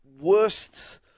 worst